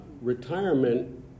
Retirement